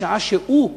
בשעה שהוא,